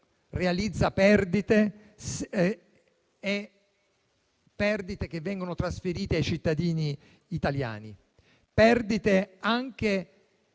realizza perdite che vengono trasferite ai cittadini italiani, perdite anche